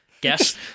guess